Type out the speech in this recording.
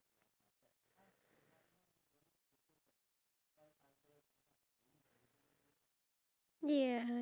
so I want to try and like have this challenge where I'm able to upload day one day two all the way to day six